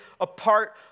apart